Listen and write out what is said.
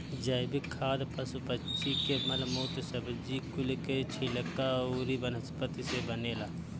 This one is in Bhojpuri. जैविक खाद पशु पक्षी के मल मूत्र, सब्जी कुल के छिलका अउरी वनस्पति से बनेला